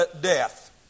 death